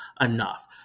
enough